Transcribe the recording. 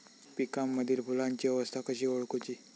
पिकांमदिल फुलांची अवस्था कशी ओळखुची?